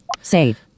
Save